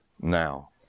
now